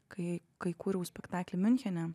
kai kai kūriau spektaklį miunchene